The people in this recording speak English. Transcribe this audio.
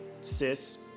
sis